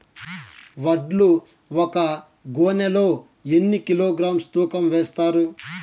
వడ్లు ఒక గోనె లో ఎన్ని కిలోగ్రామ్స్ తూకం వేస్తారు?